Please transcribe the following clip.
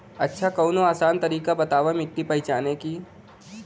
अच्छा कवनो आसान तरीका बतावा मिट्टी पहचाने की?